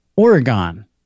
Oregon